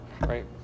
right